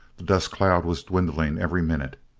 the dust-cloud was dwindling every minute.